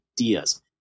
ideas